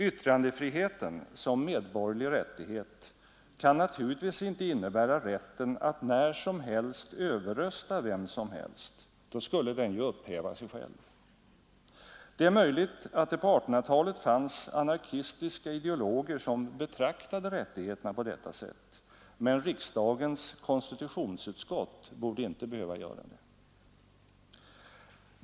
Yttrandefriheten — som medborgerlig rättighet kan naturligtvis inte innebära rätten att när som helst överrösta vem som helst; då skulle den ju upphäva sig själv. Det är möjligt att det på 1800-talet fanns anarkistiska ideologer som betraktade rättigheterna på detta sätt, men riksdagens konstitutionsutskott borde inte behöva göra det.